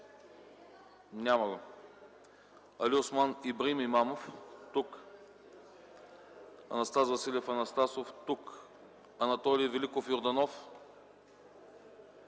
отсъства Алиосман Ибраим Имамов - тук Анастас Василев Анастасов - тук Анатолий Великов Йорданов - тук